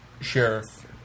sheriff